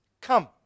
come